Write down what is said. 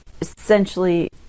essentially